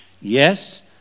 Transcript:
Yes